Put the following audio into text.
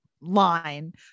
line